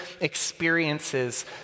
experiences